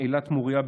אילת מוריה,